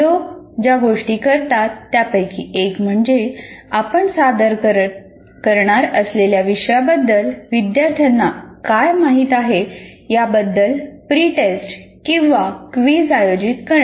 लोक ज्या गोष्टी करतात त्यापैकी एक म्हणजे आपण सादर करणार असलेल्या विषयाबद्दल विद्यार्थ्यांना काय माहित आहे याबद्दल प्रीटेस्ट किंवा क्विझ आयोजित करणे